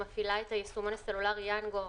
שמפעילה את הישומון הסלולרי יאנגו,